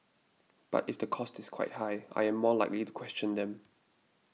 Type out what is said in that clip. but if the cost is quite high I am more likely to question them